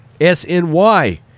SNY